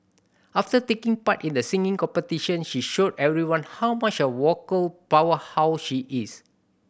after taking part in the singing competition she showed everyone how much of a vocal powerhouse she is